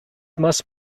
must